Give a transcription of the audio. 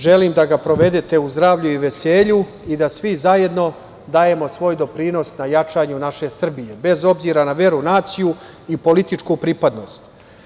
Želim da ga provedete u zdravlju i veselju i da svi zajedno dajemo svoj doprinos jačanju naše Srbije, bez obzira na veru, naciju i političku pripadnost.